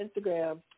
Instagram